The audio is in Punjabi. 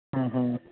ਹੂੰ ਹੂੰ